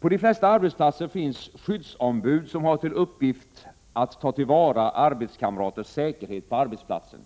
På de flesta arbetsplatser finns skyddsombud som har till uppgift att ta till vara arbetskamraters säkerhet på arbetsplatsen.